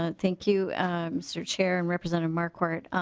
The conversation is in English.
and thank you mr. chair and representative marquart.